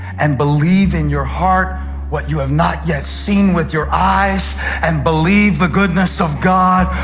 and believe in your heart what you have not yet seen with your eyes and believe the goodness of god,